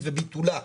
בבקשה.